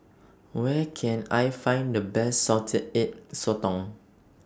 Where Can I Find The Best Salted Egg Sotong